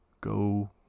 go